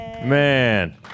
Man